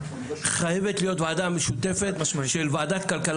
חייבת להיות ועדה משותפת של ועדת הכלכלה